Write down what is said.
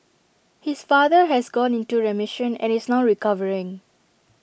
his father has gone into remission and is now recovering